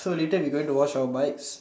so later we going to wash our bikes